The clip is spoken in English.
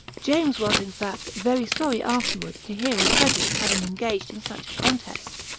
james was, in fact, very sorry afterward to hear of frederic's having engaged in such a contest.